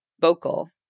vocal